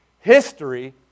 History